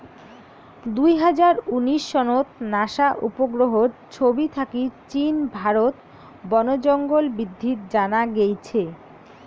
দুই হাজার উনিশ সনত নাসা উপগ্রহর ছবি থাকি চীন, ভারত বনজঙ্গল বিদ্ধিত জানা গেইছে